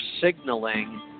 signaling